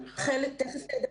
ממכרז.